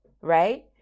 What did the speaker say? right